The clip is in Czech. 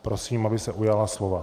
Prosím, aby se ujala slova.